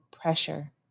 pressure